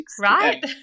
right